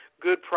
good